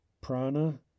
Prana